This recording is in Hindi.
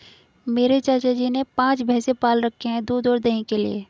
मेरे चाचा जी ने पांच भैंसे पाल रखे हैं दूध और दही के लिए